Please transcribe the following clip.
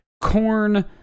corn